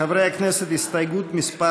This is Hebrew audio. חברי הכנסת, הסתייגות מס'